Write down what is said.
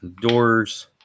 doors